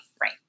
Right